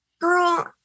girl